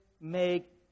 make